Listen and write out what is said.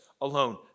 alone